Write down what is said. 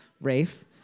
Rafe